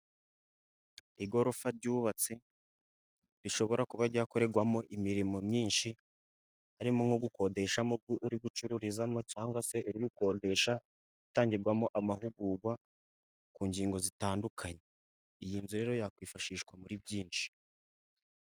Igorofa ryubatse rishobora kuba ryakorerwamo imirimo myinshi, harimo nko gukodeshamo uri gucururizamo, cyangwa se uri gukodesha itangirwamo amahugurwa ku ngingo zitandukanye. Iyi nzu rero yakwifashishwa muri byinshi.